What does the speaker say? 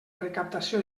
recaptació